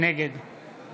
נגד